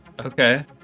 Okay